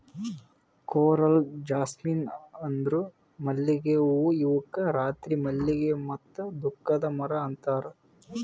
coral jasmine ಅಂದುರ್ ಮಲ್ಲಿಗೆ ಹೂವು ಇವುಕ್ ರಾತ್ರಿ ಮಲ್ಲಿಗೆ ಮತ್ತ ದುಃಖದ ಮರ ಅಂತಾರ್